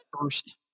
first